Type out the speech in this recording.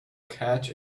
catch